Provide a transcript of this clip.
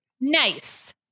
Nice